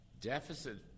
deficit